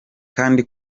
kandi